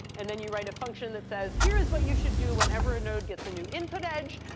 and then you write a function that says, here's what you should do whenever a node gets a new input edge,